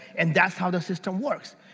and that's how the system works.